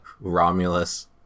Romulus